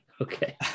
Okay